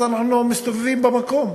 אז אנחנו מסתובבים במקום.